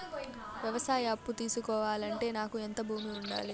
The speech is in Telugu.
వ్యవసాయ అప్పు తీసుకోవాలంటే నాకు ఎంత భూమి ఉండాలి?